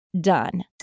done